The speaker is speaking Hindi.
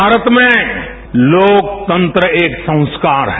भारत में लोकतंत्र एक संस्कार है